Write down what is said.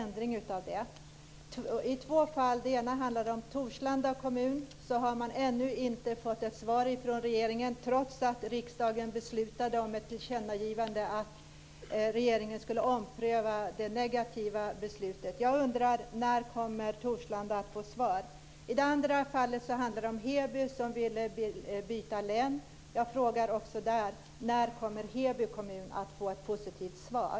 När det gäller Torslanda kommun har man ännu inte fått något svar från regeringen, trots att riksdagen beslutade om ett tillkännagivande om att regeringen skulle ompröva det negativa beslutet. Jag undrar när Torslanda kommer att få svar. I det andra fallet handlar det om Heby kommun som ville byta län. Jag frågar också där: När kommer Heby kommun att få ett positivt svar?